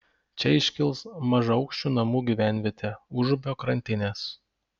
čia iškils mažaaukščių namų gyvenvietė užupio krantinės